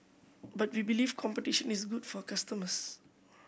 but we believe competition is good for customers